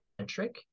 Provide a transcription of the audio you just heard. centric